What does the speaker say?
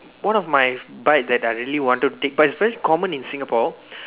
one of my bike that I really want to take but it's very common in Singapore